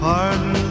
Pardon